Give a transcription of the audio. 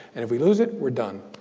and if we lose it, we're done.